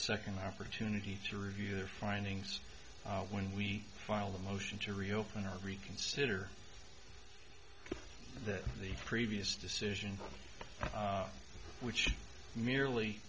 second opportunity to review their findings when we filed a motion to reopen our reconsider that the previous decision which merely